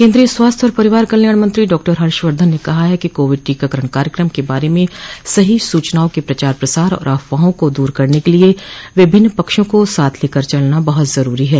केन्द्रीय स्वास्थ्य और परिवार कल्याण मंत्री डॉ हर्षवर्धन ने कहा है कि कोविड टीकाकरण कार्यक्रम के बारे में सही सूचनाओं के प्रचार प्रसार और अफवाहों को दूर करने के लिए विभिन्न पक्षों को साथ लेकर चलना बहुत जरूरी है